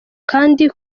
kandi